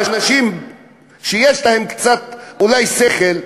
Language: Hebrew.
אנשים שיש להם אולי קצת שכל,